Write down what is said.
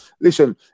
Listen